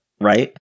right